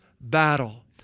battle